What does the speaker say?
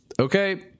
Okay